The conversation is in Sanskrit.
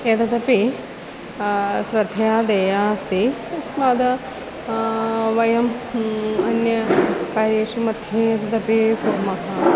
एतदपि श्रद्धया देया अस्ति तस्मात् वयम् अन्यकार्येषु मध्ये एतदपि कुर्मः